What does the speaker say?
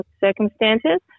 circumstances